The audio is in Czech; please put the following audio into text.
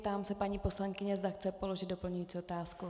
Ptám se paní poslankyně, zda chce položit doplňující otázku.